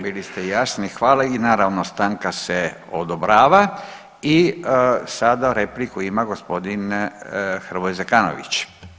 Bili ste jasni hvala i naravno stanka se odobrava i sada repliku ima gospodin Hrvoje Zekanović.